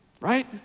right